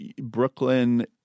Brooklyn